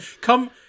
Come